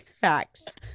Facts